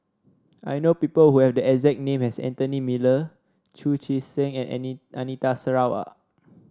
I know people who have the exact name as Anthony Miller Chu Chee Seng and Anita Sarawak